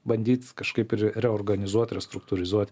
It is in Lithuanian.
bandyt kažkaip re reorganizuot restruktūrizuot